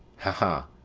ha, ha!